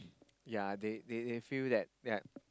ya they they they feel that that